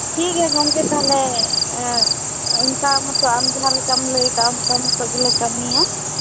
ᱴᱷᱤᱠ ᱜᱮᱭᱟ ᱛᱟᱦᱞᱮ ᱜᱚᱝᱠᱮ ᱚᱱᱠᱟ ᱢᱟᱛᱚ ᱟᱢ ᱡᱟᱸᱦᱟ ᱞᱮᱠᱟᱢ ᱞᱟᱹᱭ ᱠᱟᱫᱟ ᱚᱱᱠᱟ ᱢᱚᱛᱚ ᱜᱮᱞᱮ ᱠᱟᱹᱢᱤᱭᱟ